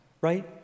right